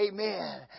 Amen